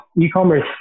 e-commerce